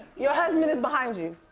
your husband is behind you.